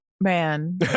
Man